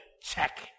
check